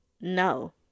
No